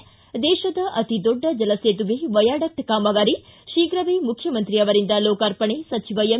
ಿ ದೇಶದ ಅತಿ ದೊಡ್ಡ ಜಲಸೇತುವೆ ವಯಾಡಕ್ಟ್ ಕಾಮಗಾರಿ ಶೀಘವೇ ಮುಖ್ಯಮಂತ್ರಿ ಅವರಿಂದ ಲೋಕಾರ್ಪಣೆ ಸಚಿವ ಎಂ